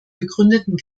begründeten